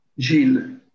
Gilles